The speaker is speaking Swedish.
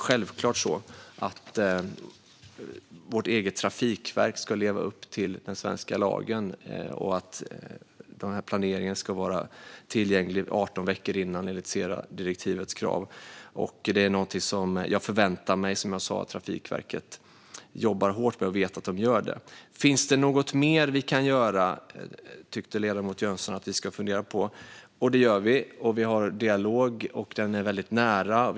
Självklart ska vårt eget trafikverk leva upp till den svenska lagen, och denna planering ska vara tillgänglig 18 veckor innan enligt kraven i SERA-direktivet. Det är någonting som jag förväntar mig att Trafikverket jobbar hårt med, och jag vet att de gör det. Ledamoten Jönsson tyckte att vi ska fundera på om det finns något mer som vi kan göra. Det gör vi, och vi har en nära dialog.